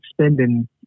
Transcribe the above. spending